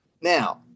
now